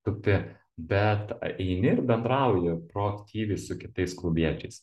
tupi bet eini ir bendrauji proaktyviai su kitais klubiečiais